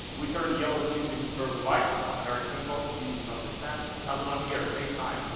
we turn yellow teeth into pearly whites. very simple, easy to understand. another one here. save time.